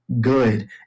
good